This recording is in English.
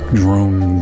drone